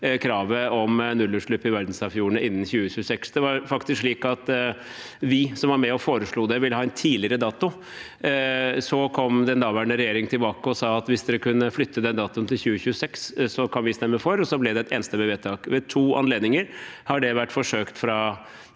kravet om nullutslipp i verdensarvfjordene innen 2026. Det var faktisk slik at vi som var med og foreslo det, ville ha en tidligere dato. Den daværende regjeringen kom tilbake og sa at hvis vi kunne flytte datoen til 2026, kunne de stemme for. Så ble det et enstemmig vedtak. Ved to anledninger har det vært forsøkt